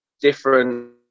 different